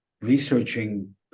researching